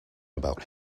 about